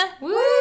Woo